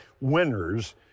winners